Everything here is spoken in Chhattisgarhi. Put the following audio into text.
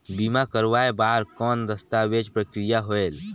बीमा करवाय बार कौन दस्तावेज प्रक्रिया होएल?